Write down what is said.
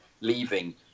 Leaving